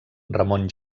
ramon